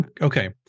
Okay